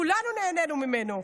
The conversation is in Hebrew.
כולנו נהנינו ממנו,